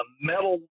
metal